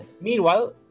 Meanwhile